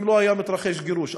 אם לא היה מתרחש גירוש.